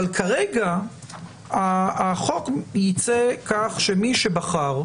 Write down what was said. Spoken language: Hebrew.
אבל כרגע החוק ייצא כך שמי שבחר,